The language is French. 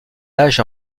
âge